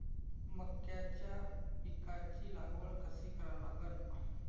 मक्याच्या पिकाची लागवड कशी करा लागन?